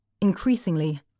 increasingly